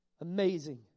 Amazing